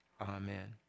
Amen